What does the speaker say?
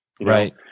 right